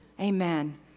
Amen